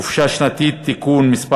חופשה שנתית (תיקון מס'